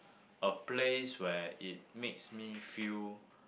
a place where it makes me feel